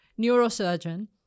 neurosurgeon